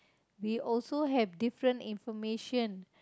we also have different information